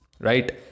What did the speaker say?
right